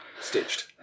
stitched